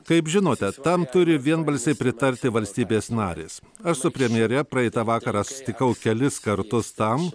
kaip žinote tam turi vienbalsiai pritarti valstybės narės aš su premjere praeitą vakarą susitikau kelis kartus tam